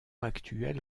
actuel